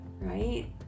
right